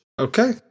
Okay